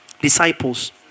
disciples